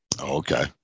Okay